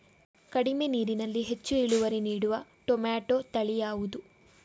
ಕಡಿಮೆ ನೀರಿನಲ್ಲಿ ಹೆಚ್ಚು ಇಳುವರಿ ನೀಡುವ ಟೊಮ್ಯಾಟೋ ತಳಿ ಯಾವುದು?